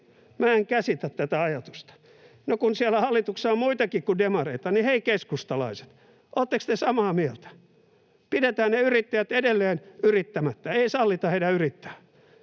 en käsitä tätä ajatusta. No kun siellä hallituksessa on muitakin kuin demareita, niin, hei keskustalaiset, oletteko te samaa mieltä: pidetään ne yrittäjät edelleen yrittämättä, ei sallita heidän yrittää?